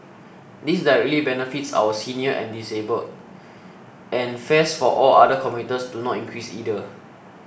this directly benefits our seniors and disabled and fares for all other commuters do not increase either